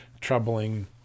troubling